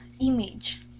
image